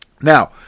Now